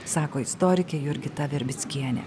sako istorikė jurgita verbickienė